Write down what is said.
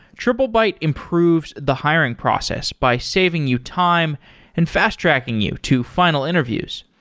triplebyte improves the hiring process by saving you time and fast-tracking you to final interviews.